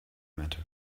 matter